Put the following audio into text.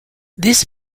this